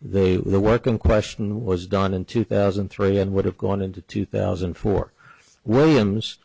they will work in question was done in two thousand and three and would have gone into two thousand and four williams